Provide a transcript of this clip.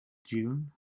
june